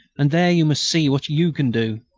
and there you must see what you can do.